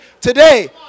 today